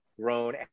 grown